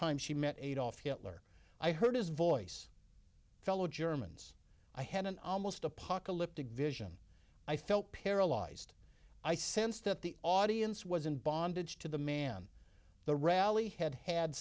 time she met adolf hitler i heard his voice fellow germans i had an almost apocalyptic vision i felt paralyzed i sensed that the audience was in bondage to the man the rally had had